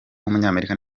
w’umunyamerika